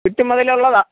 ചുറ്റുമതിലുള്ളതാണ്